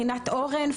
רינת אורן,